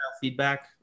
feedback